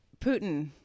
Putin